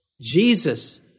Jesus